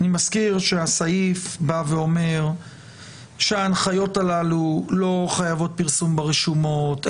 אני מזכיר שהסעיף בא ואומר שההנחיות הללו לא חייבות פרסום ברשומות.